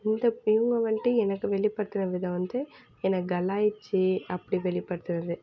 இந்த இவங்க வந்துட்டு எனக்கு வெளிப்படுத்தின விதம் வந்து என்னை கலாய்த்து அப்படி வெளிப்படுத்துகிறது